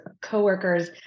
coworkers